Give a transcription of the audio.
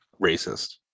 racist